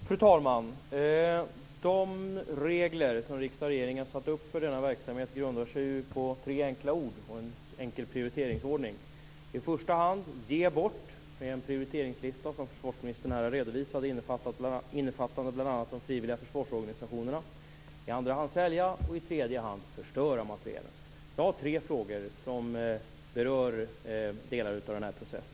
Fru talman! De regler som riksdag och regering har satt upp för denna verksamhet grundar sig på några enkla ord och på en enkel prioriteringsordning. Det gäller i första hand att ge bort, utifrån den prioriteringslista som försvarsministern här har redovisat innefattande bl.a. de frivilliga försvarsorganisationerna. Det gäller i andra hand att sälja och i tredje hand att förstöra materielen. Jag har tre frågor som berör delar av denna process.